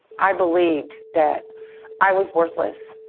i believed that i was worthless,